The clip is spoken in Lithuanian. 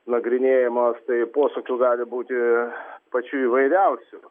nagrinėjamos tai posūkių gali būti pačių įvairiausių